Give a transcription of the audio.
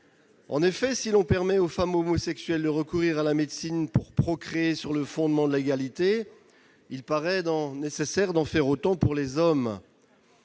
En effet, si l'on permet aux femmes homosexuelles de recourir à la médecine pour procréer sur le fondement de l'égalité, il paraît nécessaire d'en faire autant pour les hommes.